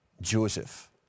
Joseph